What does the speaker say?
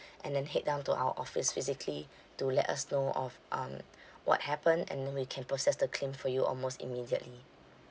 and then head down to our office physically to let us know of um what happen and then we can process the claim for you almost immediately